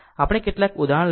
આપણે કેટલાક ઉદાહરણ જોશું